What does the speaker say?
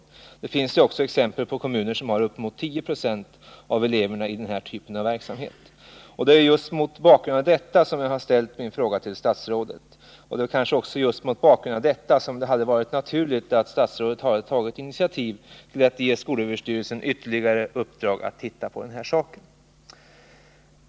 Men det finns också exempel på kommuner som har uppemot 10 96 av eleverna i den typen av verksamhet, och det är mot den bakgrunden som jag har ställt min fråga till statsrådet. Mot den bakgrunden hade det också varit naturligt att statsrådet tagit initiativ till att ge skolöverstyrelsen ytterligare uppdrag att titta på den här saken.